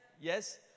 Yes